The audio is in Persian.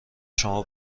شما